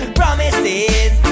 promises